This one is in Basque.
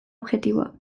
objektiboa